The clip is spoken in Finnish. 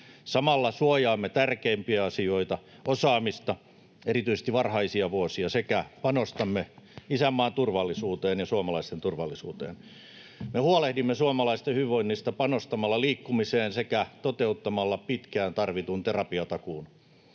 Samalla suojaamme tärkeimpiä asioita, osaamista, erityisesti varhaisia vuosia, sekä panostamme isänmaan turvallisuuteen ja suomalaisten turvallisuuteen. Me huolehdimme suomalaisten hyvinvoinnista panostamalla liikkumiseen sekä toteuttamalla pitkään tarvitun terapiatakuun.